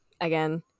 again